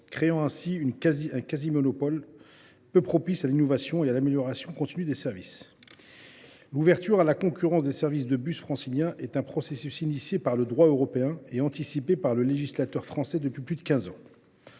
créant ainsi un quasi monopole peu propice à l’innovation et à l’amélioration continue des services. L’ouverture à la concurrence des services de bus francilien est un processus initié par le droit européen et anticipé par le législateur français depuis plus de quinze